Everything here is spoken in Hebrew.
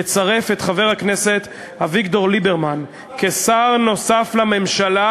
לצרף את חבר הכנסת אביגדור ליברמן כשר נוסף לממשלה,